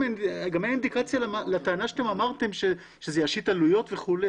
גם אין אינדיקציה לטענה שאתם אמרתם שזה ישית עלויות וכו'.